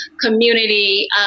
community